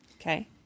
Okay